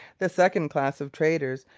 the second class of traders,